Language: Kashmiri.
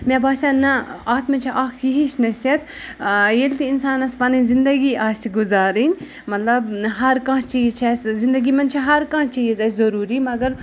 مےٚ باسیٚو نہ اَتھ منٛز چھُ اکھ یہِ ہِش نصحیت ییٚلہِ تہِ اِنسانَس پَنٕنۍ زَندگی آسہِ گُزارٕنۍ مطلب ہر کانٛہہ چیٖز چھُ اَسہِ زنٛدگی منٛز چھُ ہر کانٛہہ چیز اسہِ ضروٗری مَگر